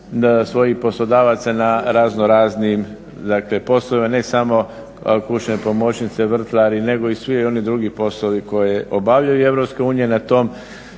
svojih poslodavaca na raznoraznim poslovima, ne samo kućne pomoćnice, vrtlari nego i svi oni drugi poslovi koje obavljaju. EU na tom